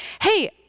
hey